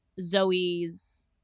Zoe's